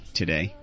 today